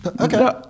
Okay